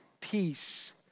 Peace